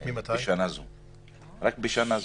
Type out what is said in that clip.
רק בשנה זאת,